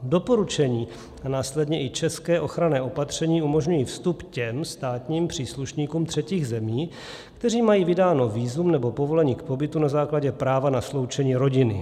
Doporučení a následně i česká ochranná opatření umožňují vstup těm státním příslušníkům třetích zemí, kteří mají vydáno vízum nebo povolení k pobytu na základě práva na sloučení rodiny.